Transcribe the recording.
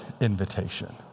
invitation